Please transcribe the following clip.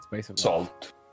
Salt